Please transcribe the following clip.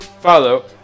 Follow